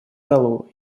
залу